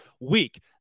week